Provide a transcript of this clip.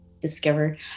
discover